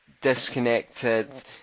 disconnected